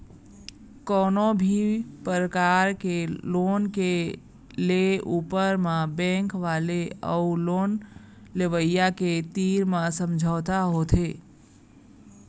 कोनो भी परकार के लोन के ले ऊपर म बेंक वाले अउ लोन लेवइया के तीर म समझौता होथे